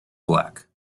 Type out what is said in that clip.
black